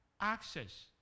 access